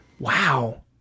wow